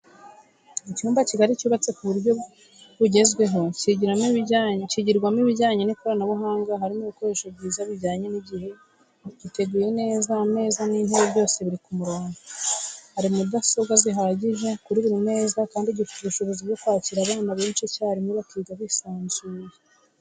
Icyumba kigari cyubatse ku buryo bwugezweho kigirwamo ibijyanye n'ikoranabuhanga harimo ibikoresho byiza bijyanye n'igihe, giteguye neza ameza n'intebe byose biri ku murongo ,hari mudasobwa zihagije kuri buri meza kandi gifite ubushobozi bwo kwakira abana benshi icyarimwe bakiga bisanzuye.